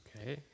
okay